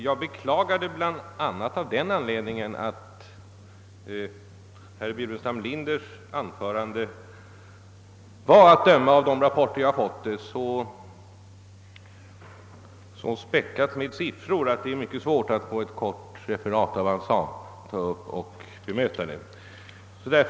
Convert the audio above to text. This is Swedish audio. Jag beklagar detta bl.a. därför att herr Burenstam Linders anförande — att döma av de rapporter jag fått — var så späckat av siffror att det är mycket svårt att på grundval av ett kort referat bemöta vad han sagt.